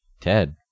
Ted